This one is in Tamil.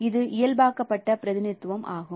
எனவே இது இயல்பாக்கப்பட்ட பிரதிநிதித்துவம் ஆகும்